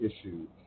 issues